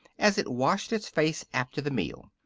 as it washed its face after the meal.